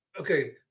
okay